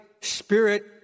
spirit